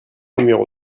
numéro